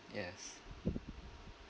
yes